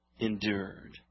endured